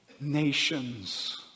nations